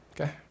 Okay